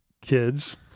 kids